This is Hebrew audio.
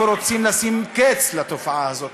ורוצים לשים קץ לתופעה הזאת.